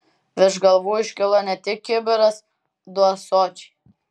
virš galvų iškilo ne tik kibiras du ąsočiai